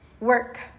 work